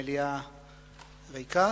מליאה ריקה.